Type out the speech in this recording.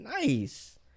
nice